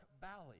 valley